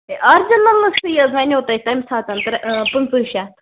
ہے original حظ چیٖز وَنیٛو تۄہہِ تَمہِ ساتہٕ پٍنٛژٕہ شیٚتھ